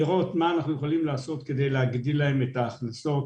לראות מה אפשר לעשות כדי להגדיל להם את ההכנסות.